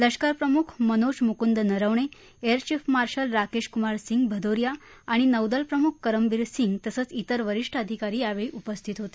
लष्करप्रमुख Manoj Mukund Naravane air chief marshal Rakesh Kumar Singh Bhadauria आणि नौदलप्रमुख करमबिर सिंग तसंच तर वरीष्ठ अधिकारी यावेळी उपस्थित होते